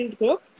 group